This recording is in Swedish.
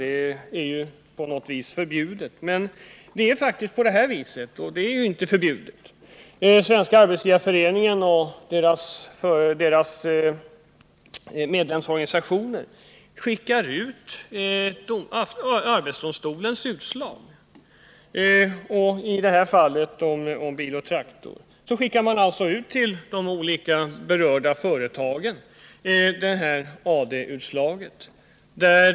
Det är ju på något sätt förbjudet. Men det går till på följande sätt, och det är inte förbjudet. Svenska arbetsgivareföreningen och dess medlemsorganisationer skickar till berörda företag ut AD:s dom beträffande Bil & Traktor.